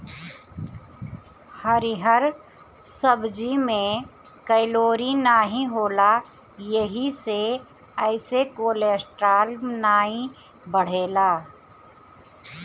हरिहर सब्जी में कैलोरी नाही होला एही से एसे कोलेस्ट्राल नाई बढ़ेला